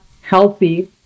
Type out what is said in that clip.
healthy